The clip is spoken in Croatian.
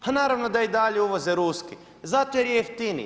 Pa naravno da i dalje uvoze ruski zato jer je jeftiniji.